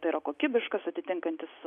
tai yra kokybiškas atitinkantis